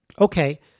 okay